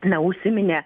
na užsiminė